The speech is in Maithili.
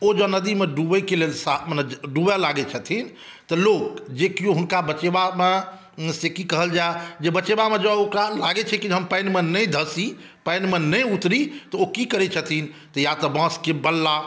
ओ जँ नदीमे डूबैके लेल डूबै लागै छथिन तऽ लोक जे केओ हुनका बचेबामे से की कहल जै जे बचेबामे जँ लागै छै की हम पानिमे नहि धंसी पानिमे नहि उतरी तऽ ओ की करै छथिन या तऽ बांसके बल्ला